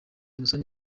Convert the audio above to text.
musoni